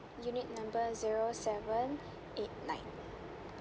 unit number zero seven eight nine